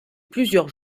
plusieurs